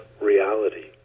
reality